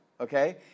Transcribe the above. Okay